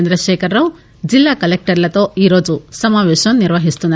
చంద్రశేఖర్ రావు జిల్లా కలెక్టర్లతో ఈరోజు సమాపేశం నిర్వహిస్తున్నారు